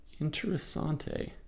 Interessante